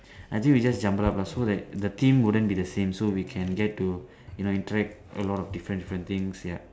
I think we just jumble up lah so that the theme wouldn't be the same so we can get to you know interact a lot of different different things ya